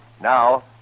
Now